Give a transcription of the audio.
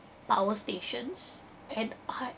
power stations and